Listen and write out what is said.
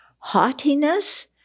Haughtiness